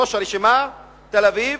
בראש הרשימה תל-אביב,